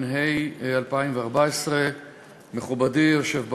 התשע"ה 2014. מכובדי היושב בראש,